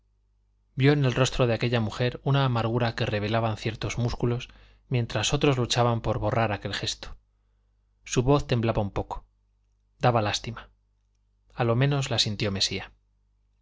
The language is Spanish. vio en el rostro de aquella mujer una amargura que revelaban ciertos músculos mientras otros luchaban por borrar aquel gesto su voz temblaba un poco daba lástima a lo menos la sintió mesía